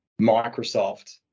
Microsoft